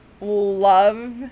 love